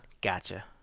Gotcha